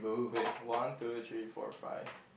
wait one two three four five